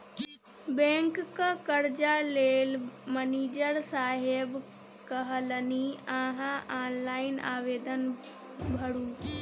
बैंकक कर्जा लेल मनिजर साहेब कहलनि अहॅँ ऑनलाइन आवेदन भरू